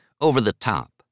over-the-top